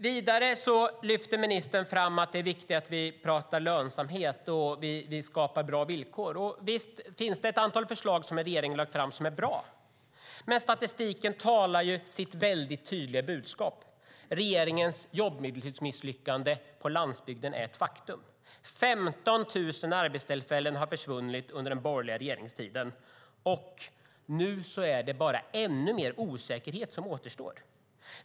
Vidare lyfter ministern fram att det är viktigt att vi pratar lönsamhet och skapar bra villkor. Och visst finns det ett antal förslag som regeringen har lagt fram som är bra. Men statistiken talar sitt tydliga språk: Regeringens jobbmisslyckande på landsbygden är ett faktum. 15 000 arbetstillfällen har försvunnit under den borgerliga regeringstiden, och nu är det bara ännu mer osäkerhet som återstår.